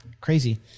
Crazy